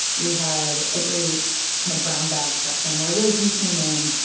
we had a great kind of brown-bag session, where, liz, you came in.